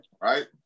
Right